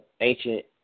ancient